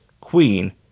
Queen